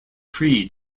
free